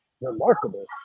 remarkable